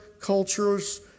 culture's